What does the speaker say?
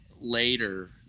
later